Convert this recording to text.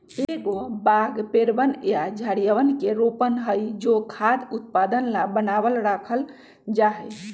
एगो बाग पेड़वन या झाड़ियवन के रोपण हई जो खाद्य उत्पादन ला बनावल रखल जाहई